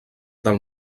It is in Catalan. del